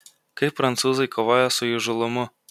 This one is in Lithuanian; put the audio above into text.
kaip prancūzai kovoja su įžūlumu